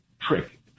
trick